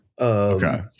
okay